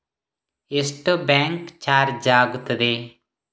ಎಷ್ಟು bank charge ಆಗುತ್ತದೆ?